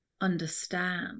understand